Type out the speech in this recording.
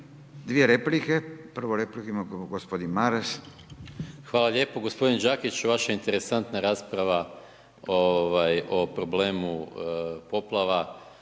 Dvije replike. Prvu repliku ima gospodin Maras. **Maras, Gordan (SDP)** Hvala lijepo. Gospodin Đakić, vaša interesantna rasprava o problemu poplava